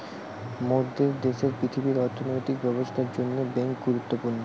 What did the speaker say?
মোরদের দ্যাশের পৃথিবীর অর্থনৈতিক ব্যবস্থার জন্যে বেঙ্ক গুরুত্বপূর্ণ